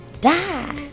die